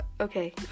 okay